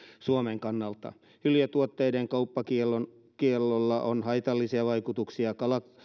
suomen kannalta hyljetuotteiden kauppakiellolla on haitallisia vaikutuksia